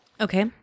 Okay